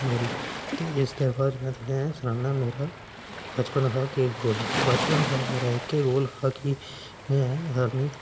ते इसदे बाद में तुसें गी सनान्नां कि बचपन च मेरा केह् गोल हा ते बचपन शा गै मेरा इक्कै गोल हा कि